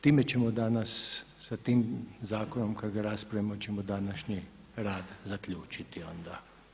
Time ćemo danas, sa tim zakonom kada ga raspravimo ćemo današnji rad zaključiti onda.